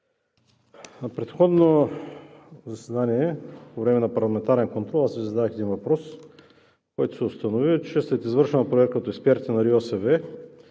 на предходно заседание по време на парламентарен контрол Ви зададох един въпрос, по който се установи, че след извършена проверка от експерти на РИОСВ